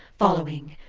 following,